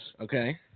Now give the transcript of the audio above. Okay